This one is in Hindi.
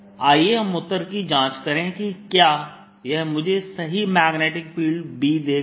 आइए हम उत्तर की जांच करें कि क्या यह मुझे सही मैग्नेटिक फील्ड B देगा